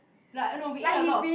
like oh no we ate a lot of